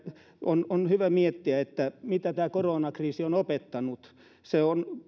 on on hyvä miettiä mitä tämä koronakriisi on opettanut